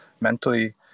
mentally